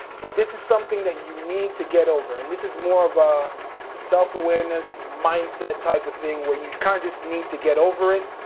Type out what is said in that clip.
but this is something that you need to get over. and this is more of a self-awareness mindset type of thing where you kinda just need to get over it,